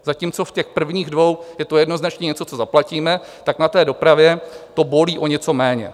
Zatímco v prvních dvou je to jednoznačně něco, co zaplatíme, tak na dopravě to bolí o něco méně.